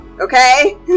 okay